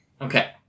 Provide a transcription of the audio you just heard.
Okay